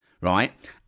right